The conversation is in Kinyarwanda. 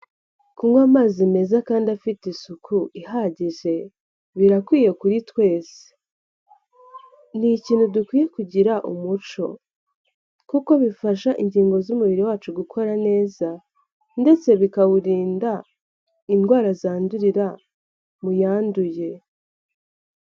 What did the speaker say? Kunywa amazi meza kandi afite isuku ihagije birakwiye kuri twese. Ni ikintu dukwiye kugira umuco, kuko bifasha ingingo z'umubiri wacu gukora neza ndetse bikawurinda indwara zandurira mu yanduye.